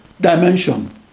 dimension